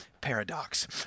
paradox